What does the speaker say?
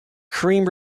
cream